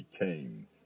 came